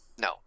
No